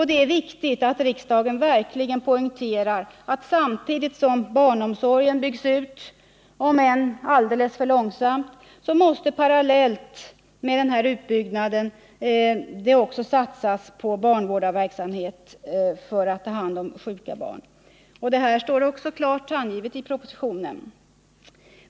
Det är viktigt att riksdagen poängterar att samtidigt som barnomsorgen byggs ut, om än alldeles för långsamt, så måste det parallellt med denna utbyggnad också satsas på barnvårdarverksamhet för omhändertagande av sjuka barn. Detta står också klart angivet i propositionen.